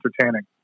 entertaining